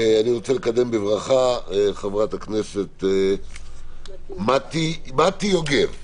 אני רוצה לקדם בברכה את חברת הכנסת מטי יוגב.